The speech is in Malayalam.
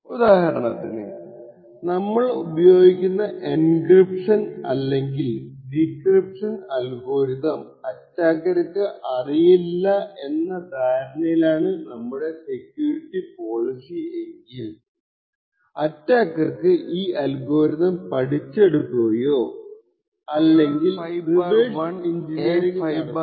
ഉദാഹരണത്തിന് നമ്മൾ ഉപയോഗിക്കുന്ന എൻക്രിപ്ഷൻ അല്ലെങ്കിൽ ഡീക്രിപ്ഷൻ അൽഗോരിതം അറ്റാക്കർക്ക് അറിയില്ല എന്ന ധാരണയിലാണ് നമ്മുടെ സെക്യൂരിറ്റി പോളിസി എങ്കിൽ അറ്റാക്കർക്കു ഈ അൽഗോരിതം പഠിച്ചെടുക്കുകയോ അല്ലെങ്കിൽ റിവേഴ്സ് എഞ്ചിനീയറിംഗ് നടത്തുകയോ ചെയ്യാം